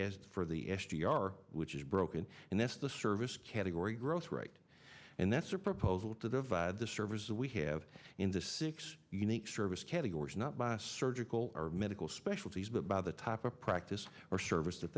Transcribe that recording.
as for the s g r which is broken and that's the service category growth rate and that's a proposal to divide the service we have in the six unique service categories not by a surgical or medical specialties but by the top a practice or service that